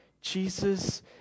Jesus